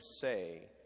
say